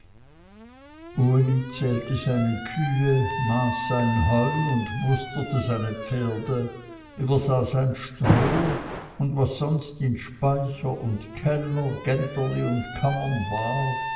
uli zählte seine kühe maß sein heu und musterte seine pferde übersah sein stroh und was sonst in speicher und keller gänterli und kammern war